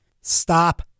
stop